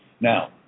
now